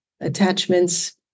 attachments